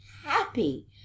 happy